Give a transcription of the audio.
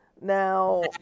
Now